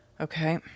Okay